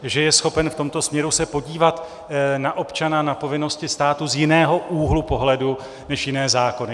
Že je schopen v tomto směru se podívat na občana, na povinnosti státu z jiného úhlu pohledu než jiné zákony.